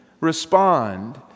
Respond